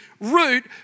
root